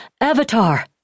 Avatar